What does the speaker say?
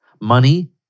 money